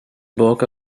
book